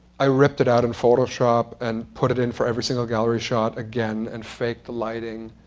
i ripped it out in photoshop and put it in for every single gallery shot, again, and faked the lighting.